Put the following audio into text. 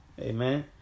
Amen